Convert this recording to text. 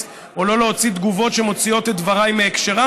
או לא להוציא תגובות שמוציאות את דבריי מהקשרם.